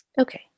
Okay